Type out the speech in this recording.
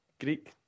Greek